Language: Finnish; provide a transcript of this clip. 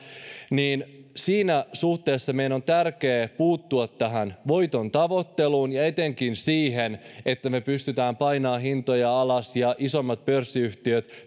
siinä suhteessa meidän on tärkeää puuttua tähän voitontavoitteluun ja etenkin siihen että me pystymme painamaan hintoja alas ja että isommat pörssiyhtiöt